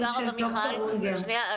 מיכל.